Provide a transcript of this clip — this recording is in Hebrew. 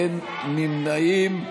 אין נמנעים.